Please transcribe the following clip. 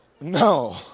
No